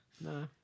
No